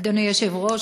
אדוני היושב-ראש,